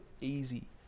easy